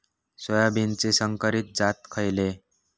सोयाबीनचे संकरित जाती खयले?